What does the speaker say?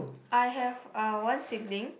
I have uh one sibling